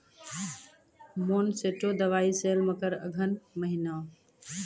Monsanto दवाई sale मकर अघन महीना,